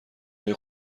های